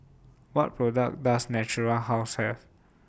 What products Does Natura House Have